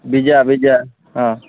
visa ବିଜା ହଁ